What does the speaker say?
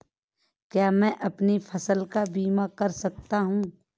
क्या मैं अपनी फसल का बीमा कर सकता हूँ?